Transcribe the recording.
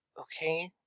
Okay